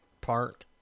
Park